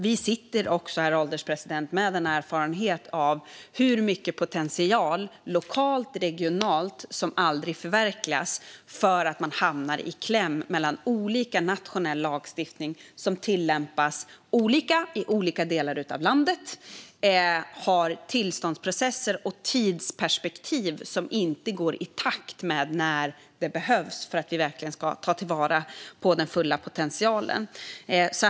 Vi har också, herr ålderspresident, erfarenhet av hur mycket potential, lokalt och regionalt, som aldrig förverkligas för att man hamnar i kläm mellan olika nationell lagstiftning som tillämpas olika i olika delar av landet och reglerar tillståndsprocesser och tidsperspektiv som inte går i takt med behoven när det gäller att ta till vara den fulla potentialen.